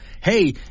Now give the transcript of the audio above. hey